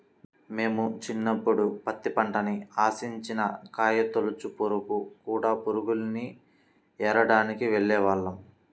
మేము చిన్నప్పుడు పత్తి పంటని ఆశించిన కాయతొలచు పురుగులు, కూడ పురుగుల్ని ఏరడానికి వెళ్ళేవాళ్ళం